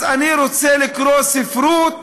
אז אני רוצה לקרוא ספרות